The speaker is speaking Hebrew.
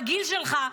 בגיל שלך,